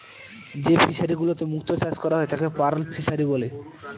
যে ফিশারিগুলোতে মুক্ত চাষ করা হয় তাকে পার্ল ফিসারী বলে